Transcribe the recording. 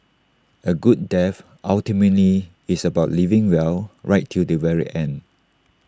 A good death ultimately is about living well right till the very end